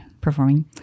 performing